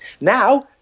Now